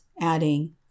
adding